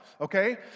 Okay